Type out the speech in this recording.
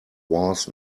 was